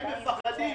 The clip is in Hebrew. הם פוחדים,